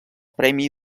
premi